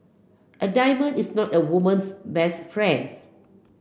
a diamond is not a woman's best friend